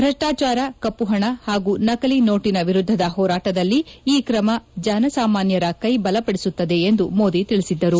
ಭ್ರಷ್ಟಾಚಾರ ಕಪ್ಪಹಣ ಹಾಗೂ ನಕಲಿ ನೋಟಿನ ವಿರುದ್ದದ ಹೋರಾಟದಲ್ಲಿ ಈ ಕ್ರಮ ಜನಸಾಮಾನ್ಯರ ಕೈ ಬಲಪಡಿಸುತ್ತದೆ ಎಂದು ಮೋದಿ ತಿಳಿಸಿದ್ದರು